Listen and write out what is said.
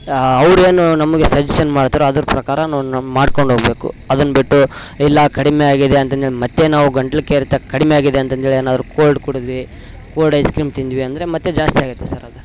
ಅವರೇನು ನಮಗೆ ಸಜೆಷನ್ ಮಾಡ್ತಾರೊ ಅದ್ರ ಪ್ರಕಾರ ನಾವು ನಮ್ಮ ಮಾಡ್ಕೊಂಡು ಹೋಗಬೇಕು ಅದನ್ನು ಬಿಟ್ಟು ಇಲ್ಲ ಕಡಿಮೆ ಆಗಿದೆ ಅದನ್ನ ಮತ್ತೆ ನಾವು ಗಂಟ್ಲು ಕೆರೆತ ಕಡಿಮೆ ಆಗಿದೆ ಅಂತಂದೇಳಿ ಏನಾದ್ರು ಕೋಲ್ಡ್ ಕುಡಿದ್ವಿ ಕೋಲ್ಡ್ ಐಸ್ ಕ್ರೀಮ್ ತಿಂದ್ವಿ ಅಂದರೆ ಮತ್ತೆ ಜಾಸ್ತಿ ಆಗುತ್ತೆ ಸರ್ ಅದು